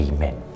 Amen